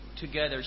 together